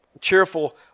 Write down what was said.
cheerful